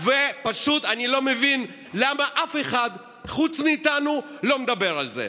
אני פשוט לא מבין למה אף אחד חוץ מאיתנו לא מדבר על זה,